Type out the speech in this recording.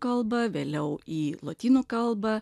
kalbą vėliau į lotynų kalbą